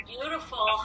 beautiful